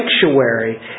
sanctuary